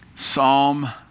Psalm